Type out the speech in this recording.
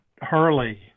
hurley